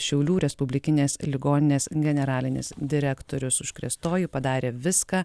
šiaulių respublikinės ligoninės generalinis direktorius užkrėstoji padarė viską